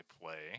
play